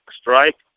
strike